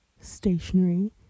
stationery